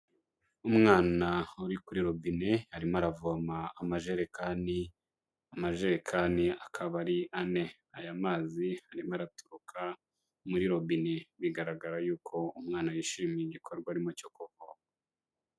Umwana uri kuri robine arimo aravoma amajerekani, amajerekani akaba ari ane. Aya mazi arimo araturuka muri robine. Bigaragara yuko umwana yishimiye igikorwa arimo cyo kuvoma.